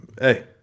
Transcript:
Hey